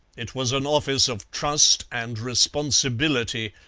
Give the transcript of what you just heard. it was an office of trust and responsibility,